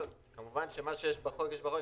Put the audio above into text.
כמובן שמה שיש בחוק, יש בחוק.